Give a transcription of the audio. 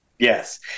Yes